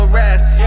rest